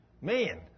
Man